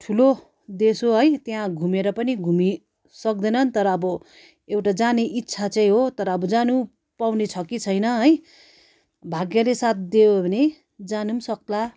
ठुलो देश हो है त्यहाँ घुमेर पनि घुमी सक्दैन तर अब एउटा जाने इच्छा चाहिँ हो तर अब जानु पाउने छ कि छैन है भाग्यले साथ दियो भने जानु सक्ला